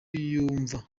nyuma